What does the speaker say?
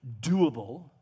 doable